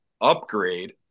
upgrade